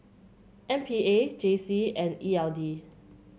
M P A J C and E L D